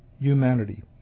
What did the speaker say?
Humanity